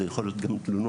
זה יכול להיות גם תלונות.